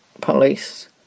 police